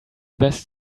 best